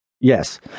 Yes